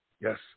Yes